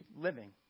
living